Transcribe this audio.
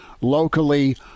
locally